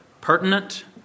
pertinent